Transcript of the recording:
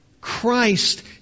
Christ